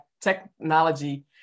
technology